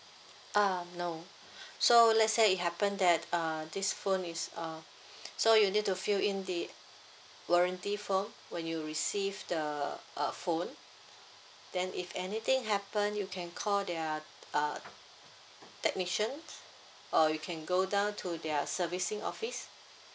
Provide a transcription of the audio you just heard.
ah no so let's say it happen that uh this phone is uh so you need to fill in the warranty form when you receive the uh phone then if anything happen you can call their uh technician or you can go down to their servicing office